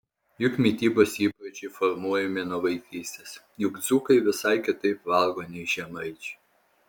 juk mitybos įpročiai formuojami nuo vaikystės juk dzūkai visai kitaip valgo nei žemaičiai